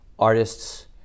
Artists